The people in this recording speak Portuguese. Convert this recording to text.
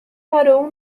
parou